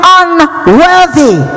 unworthy